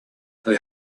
they